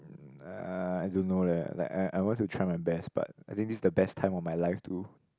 uh I don't know leh like I I want to try my best but I think this is the best time of my life too